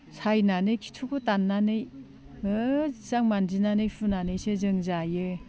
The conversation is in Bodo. सायनानै खिथुखो दाननानै मोजां मानजिनानै सुनानैसो जों जायो